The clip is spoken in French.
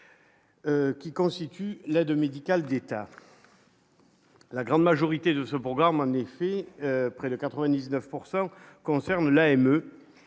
Qui constituent l'aide médicale d'État. La grande majorité de ce programme en effet près de 99 pourcent concernent l'AME,